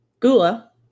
Gula